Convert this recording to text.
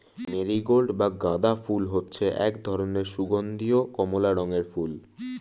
marigold বা গাঁদা ফুল হচ্ছে এক ধরনের সুগন্ধীয় কমলা রঙের ফুল